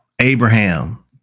Abraham